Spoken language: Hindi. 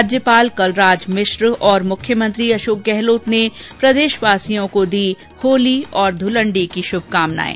राज्यपाल कलराज मिश्र और मुख्यमंत्री अशोक गहलोत ने प्रदेशवासियों को दी होली और धूलण्डी की शुभकामनायें